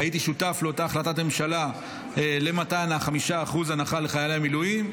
הייתי שותף לאותה החלטת ממשלה למתן ה-5% הנחה לחיילי המילואים.